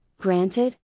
granted